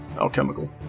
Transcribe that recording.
alchemical